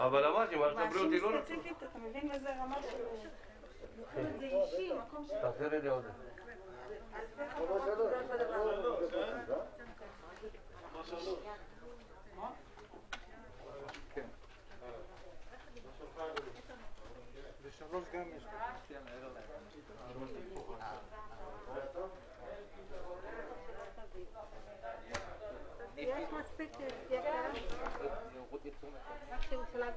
14:35.